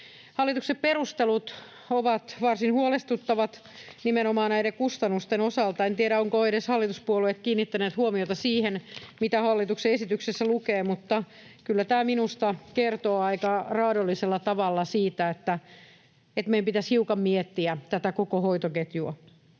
Hallituksen perustelut ovat varsin huolestuttavat nimenomaan näiden kustannusten osalta. En tiedä, ovatko edes hallituspuolueet kiinnittäneet huomiota siihen, mitä hallituksen esityksessä lukee, mutta kyllä tämä minusta kertoo aika raadollisella tavalla siitä, että meidän pitäisi hiukan miettiä tätä koko hoitoketjua.